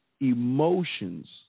emotions